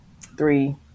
three